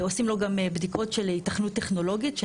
עושים לו גם בדיקות של היתכנות טכנולוגית של